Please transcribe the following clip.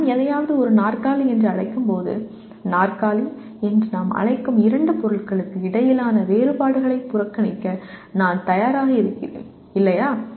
நான் எதையாவது ஒரு நாற்காலி என்று அழைக்கும்போது நாற்காலி என்று நாம் அழைக்கும் இரண்டு பொருட்களுக்கு இடையிலான வேறுபாடுகளை புறக்கணிக்க நான் தயாராக இருக்கிறேன் இல்லையா